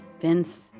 Vince